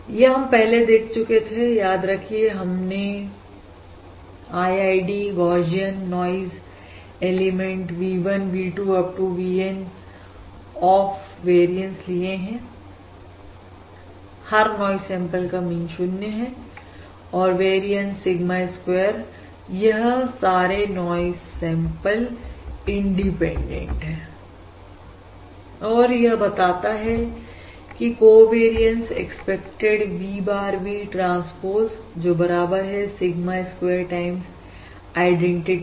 यदि हम पहले देख चुके थे याद रखिए हमने IID Gaussian noise elements V1 V2 Up to VN of various लिए हैं हर नॉइज सैंपल का मीन 0 है और वेरियन सिग्मा स्क्वायर यह सारे नॉइज सैंपल इंडिपेंडेंट है और यह बताता है की covariance expected V bar V transpose जो बराबर है सिग्मा स्क्वेयर टाइम आईडेंटिटी